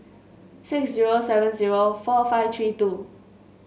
six zero seven zero four five three two